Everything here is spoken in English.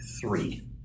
three